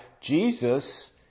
Jesus